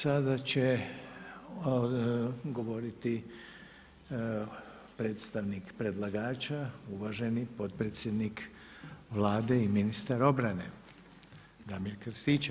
Sada će govoriti predstavnik predlagača uvaženi potpredsjednik Vlade i ministar obrane Damir Krstičević.